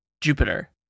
Jupiter